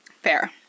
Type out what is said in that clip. Fair